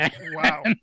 Wow